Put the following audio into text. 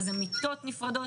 אבל אלו מיטות נפרדות,